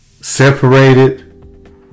separated